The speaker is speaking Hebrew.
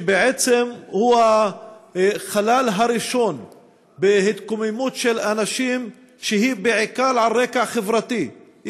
שבעצם הוא החלל הראשון בהתקוממות של אנשים שהיא בעיקר על רקע חברתי,